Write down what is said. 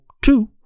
two